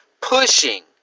pushing